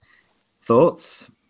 thoughts